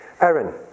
Aaron